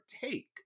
take